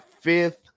fifth